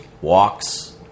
walks